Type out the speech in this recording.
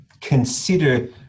consider